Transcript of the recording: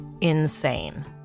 insane